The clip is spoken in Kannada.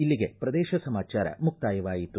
ಇಲ್ಲಿಗೆ ಪ್ರದೇಶ ಸಮಾಚಾರ ಮುಕ್ಕಾಯವಾಯಿತು